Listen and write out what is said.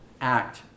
act